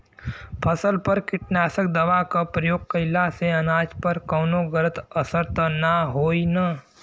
फसल पर कीटनाशक दवा क प्रयोग कइला से अनाज पर कवनो गलत असर त ना होई न?